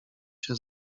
się